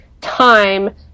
time